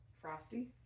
frosty